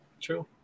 true